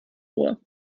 ohr